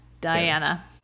Diana